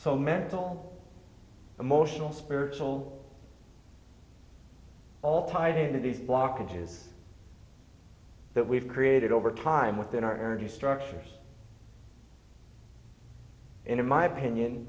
so mental emotional spiritual all tied into these blockages that we've created over time within our energy structures and in my opinion